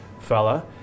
fella